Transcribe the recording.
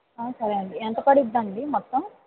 సరే అండి ఎంత పడుతుందండి మొత్తం